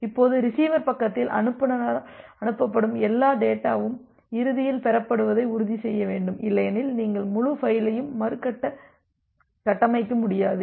இப்போது ரிசீவர் பக்கத்தில் அனுப்புநரால் அனுப்பப்படும் எல்லா டேட்டாவும் இறுதியில் பெறப்படுவதை உறுதி செய்ய வேண்டும் இல்லையெனில் நீங்கள் முழு ஃபயிலையும் மறுகட்டமைக்க முடியாது